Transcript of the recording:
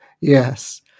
Yes